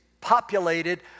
populated